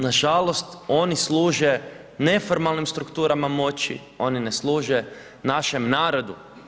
Nažalost oni služe neformalnim strukturama moći, oni ne služe našem narodu.